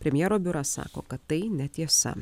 premjero biuras sako kad tai netiesa